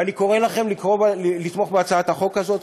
אני קורא לכם לתמוך בהצעת החוק הזאת,